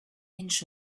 inch